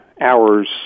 hours